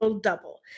double